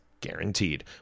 guaranteed